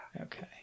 okay